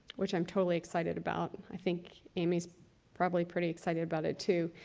which i'm totally excited about. i think amy's probably pretty excited about it, too.